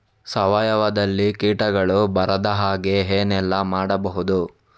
ಸಾವಯವದಲ್ಲಿ ಕೀಟಗಳು ಬರದ ಹಾಗೆ ಏನೆಲ್ಲ ಮಾಡಬಹುದು?